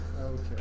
Okay